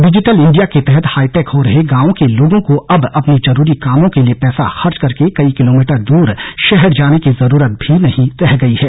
digital India के तहत high tech हो रहे गांवों के लोगों को अब अपने जरूरी कामों के लिए पैसा खर्च करके कई किलोमीटर दूर शहर जाने की जरूरत भी नहीं रह गई है